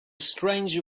stranger